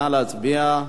נא להצביע.